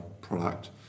product